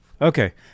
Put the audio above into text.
Okay